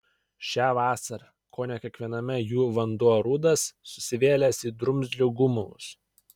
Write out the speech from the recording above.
šią vasarą kone kiekviename jų vanduo rudas susivėlęs į drumzlių gumulus